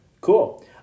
Cool